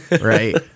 Right